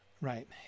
right